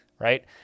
right